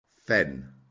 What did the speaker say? Fen